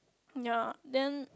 ya then